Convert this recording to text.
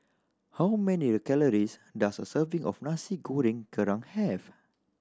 how many calories does a serving of Nasi Goreng Kerang have